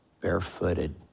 barefooted